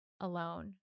alone